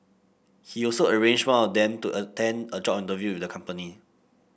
he also arranged one of them to attend a job interview the company